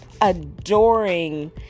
adoring